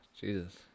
Jesus